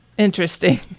Interesting